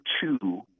two